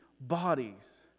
bodies